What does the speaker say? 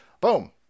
boom